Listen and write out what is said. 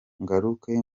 ngaruke